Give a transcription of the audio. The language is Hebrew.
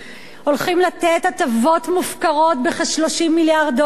הולכים לתת הטבות מופקרות בכ-30 מיליארד דולר,